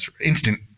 instant